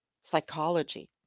psychology